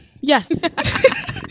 Yes